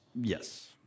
Yes